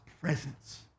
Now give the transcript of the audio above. presence